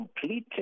completed